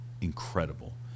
incredible